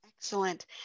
Excellent